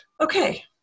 okay